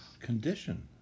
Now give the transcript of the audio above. condition